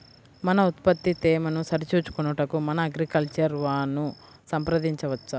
మన ఉత్పత్తి తేమను సరిచూచుకొనుటకు మన అగ్రికల్చర్ వా ను సంప్రదించవచ్చా?